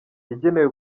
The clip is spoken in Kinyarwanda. yagenewe